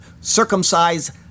circumcise